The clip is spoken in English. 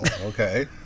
Okay